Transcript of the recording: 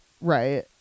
Right